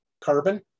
carbon